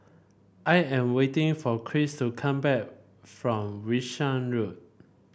I am waiting for Christ to come back from Wishart Road